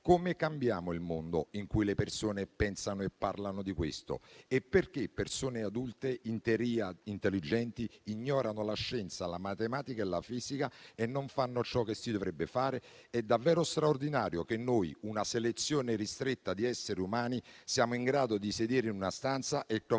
come cambiamo il modo in cui le persone pensano e parlano di questo? E perché persone adulte, in teoria intelligenti, ignorano la scienza, la matematica e la fisica e non fanno ciò che si dovrebbe fare? È davvero straordinario che noi, una selezione ristretta di essere umani, siamo in grado di sedere in una stanza, trovarci